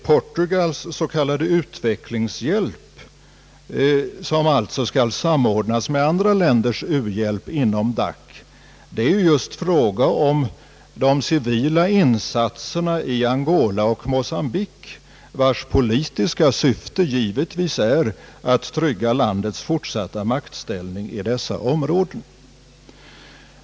Portugals s.k. utvecklingshjälp, som alltså skall samordnas med andra länders u-hbjälp inom DAC, är ju just en fråga om de civila insatserna i Angola och Mocambique vars politiska syfte givetvis är att trygga landets fortsatta maktställning i dessa områden.